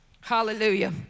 hallelujah